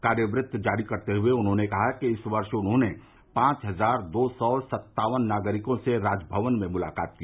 कार्यवृत्त जारी करते हए उन्होंने कहा कि इस वर्ष उन्होंने पांच हजार दो सौ सत्तावन नागरिकों से राजभवन में मुलाकात की